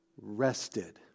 rested